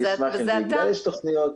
אני אשמח אם --- יש תכניות.